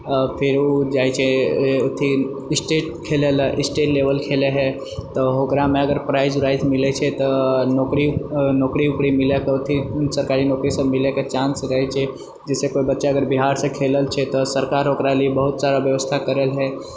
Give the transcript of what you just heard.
फेर ओ जाय छै अथी स्टेट खेलयलऽ स्टेट लेवल खेलय हइ तऽ ओकरामे अगर प्राइज उराइज मिलैत छै तऽ नौकरी नौकरी उकरी मिलएकऽ अथी सरकारी नौकरीसभ मिलयके चांस रहैत छै जैसे कोइ बच्चा अगर बिहारसँ खेलल छै तऽ सरकार ओकरा लिअ बहुत सारा व्यवस्था करऽ हइ